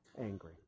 angry